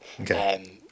Okay